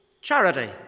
charity